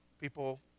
people